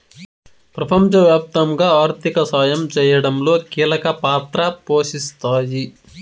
ప్రపంచవ్యాప్తంగా ఆర్థిక సాయం చేయడంలో కీలక పాత్ర పోషిస్తాయి